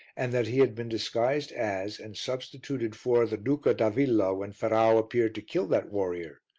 and that he had been disguised as and substituted for the duca d'avilla when ferrau appeared to kill that warrior,